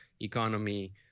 economy